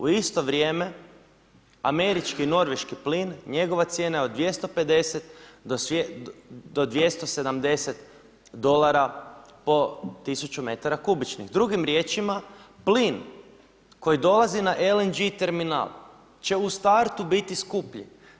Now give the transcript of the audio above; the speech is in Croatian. U isto vrijeme američki i norveški plin njegova cijena je od 250 do 270 dolara po tisuću metara kubičnih, drugim riječima plin koji dolazi na LNG terminal će u startu biti skuplji.